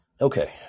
Okay